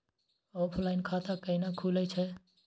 Offline खाता कैना खुलै छै?